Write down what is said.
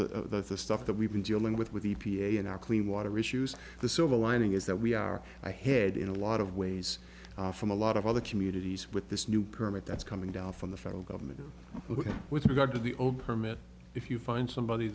the stuff that we've been dealing with with the e p a and our clean water issues the silver lining is that we are ahead in a lot of ways from a lot of other communities with this new permit that's coming down from the federal government with regard to the old permit if you find somebody